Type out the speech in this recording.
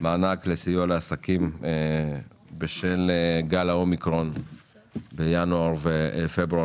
מענק סיוע לעסקים בשל גל האומיקרון בינואר ופברואר